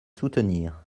soutenir